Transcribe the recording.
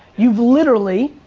you've literally,